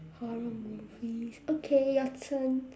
horror movies okay your turn